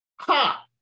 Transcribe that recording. ha